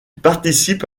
participe